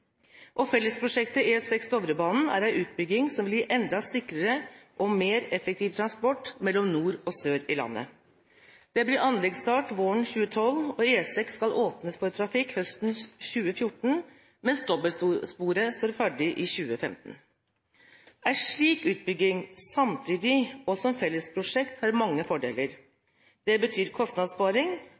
er en utbygging som blir enda sikrere og gir mer effektiv transport mellom nord og sør i landet. Det blir anleggsstart våren 2012, og E6 skal åpnes for trafikk høsten 2014, mens dobbeltsporet står ferdig i 2015. En slik utbygging, samtidig og som fellesprosjekt, har mange fordeler. Det betyr kostnadssparing,